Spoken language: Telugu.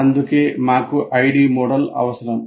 అందుకే మాకు ఐడి మోడల్ అవసరం